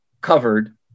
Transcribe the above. covered